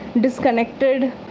disconnected